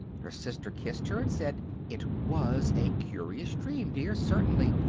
her sister kissed her and said it was a curious dream, dear, certainly!